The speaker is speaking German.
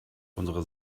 unsere